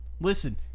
Listen